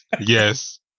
Yes